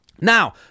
Now